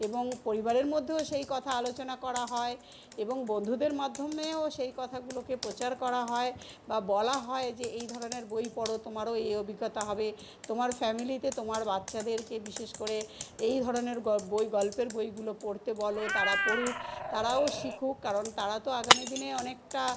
এবং পরিবারের মধ্যেও সেই কথা আলোচনা করা হয় এবং বন্ধুদের মাধ্যমেও সেই কথাগুলোকে প্রচার করা হয় বা বলা হয় যে এই ধরনের বই পড়ো তোমারও এই অভিজ্ঞতা হবে তোমার ফ্যামিলিতে তোমার বাচ্চাদেরকে বিশেষ করে এই ধরনের গ বই গল্পের বইগুলো পড়তে বলো তারা পড়ুক তারাও শিখুক কারণ তারা তো আগামী দিনে অনেকটা